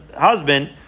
husband